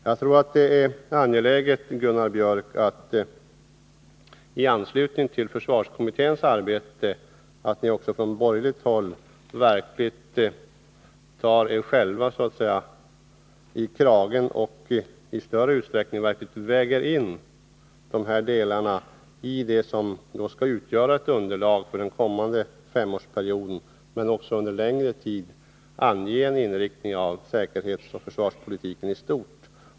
Jag tror, Gunnar Björk, att det i anslutning till försvarskommitténs arbete 35 är angeläget att ni också från borgerligt håll verkligen tar er själva i kragen och i större utsträckning väger in de här delarna i det som skall utgöra ett underlag för den kommande femårsperioden men också under längre tid anger en inriktning av säkerhetsoch försvarspolitiken i stort.